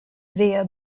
via